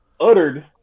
uttered